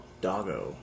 Doggo